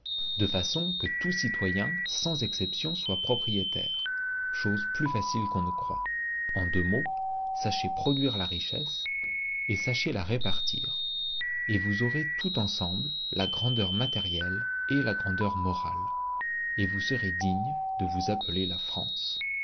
de façon que tout citoyen sans exception soit propriétaire chose plus facile qu'on ne croit en deux mots sachez produire la richesse et sachez la répartir et vous aurez tout ensemble la grandeur matérielle et la grandeur morale et vous serez dignes de vous appeler la france